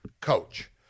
coach